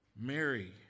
Mary